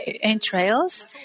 entrails